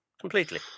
completely